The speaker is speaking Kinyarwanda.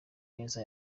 neza